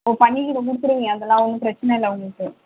ஓ பண்ணி கிண்ணி கொடுத்துருவீங்க அதெல்லாம் ஒன்றும் பிரச்சினை இல்லை உங்களுக்கு